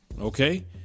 Okay